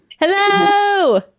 hello